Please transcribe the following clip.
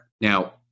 now